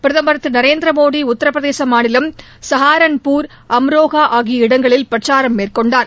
பிரதமர் திருநரேந்திரமோடிஉத்தரபிரசேமாநிலம் சாரன்பூர் அம்ரோகஆகிய இடங்களில் பிரச்சாரம் மேற்கொண்டார்